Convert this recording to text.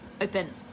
open